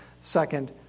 second